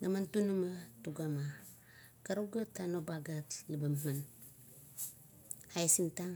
laman tunama, tugama karuk gat anobagat lebaman, aisintang.